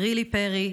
רילי פרי,